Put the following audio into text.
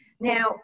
Now